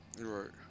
right